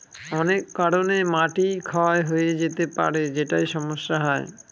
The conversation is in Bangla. অনেক কারনে মাটি ক্ষয় হয়ে যেতে পারে যেটায় সমস্যা হয়